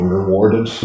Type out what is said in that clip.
rewarded